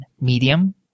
Medium